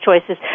choices